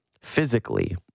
physically